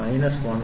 000 20